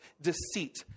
deceit